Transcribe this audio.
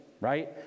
right